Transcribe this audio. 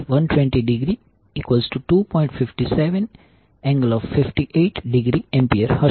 57∠58°A હશે